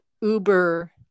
uber